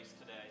today